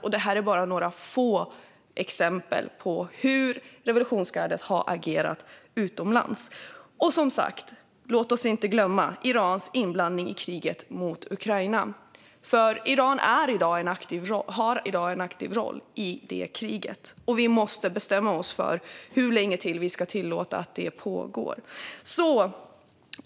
Detta är bara några få exempel på hur revolutionsgardet har agerat utomlands. Låt oss som sagt inte heller glömma Irans inblandning i kriget mot Ukraina. Iran har i dag en aktiv roll i det kriget, och vi måste bestämma oss för hur länge till vi ska tillåta att det pågår.